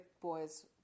boys